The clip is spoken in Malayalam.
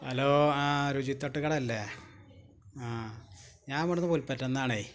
ഹലോ ആ രുചി തട്ടു കടയല്ലേ ആ ഞാന് ഇവിടെ നിന്ന് പുല്പറ്റയിൽ നിന്നാണ്